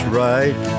right